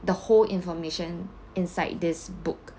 the whole information inside this book